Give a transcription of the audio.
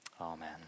Amen